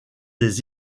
des